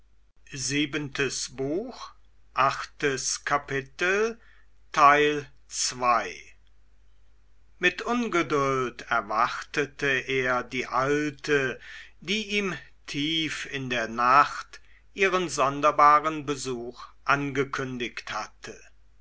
mit ungeduld erwartete er die alte die ihm tief in der nacht ihren sonderbaren besuch angekündigt hatte